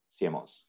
CMOs